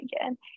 again